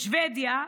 בשבדיה,